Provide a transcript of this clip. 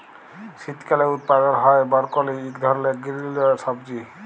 শীতকালে উৎপাদল হ্যয় বরকলি ইক ধরলের গিরিল সবজি